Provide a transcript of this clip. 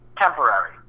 temporary